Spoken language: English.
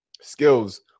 skills